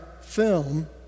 film